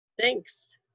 Thanks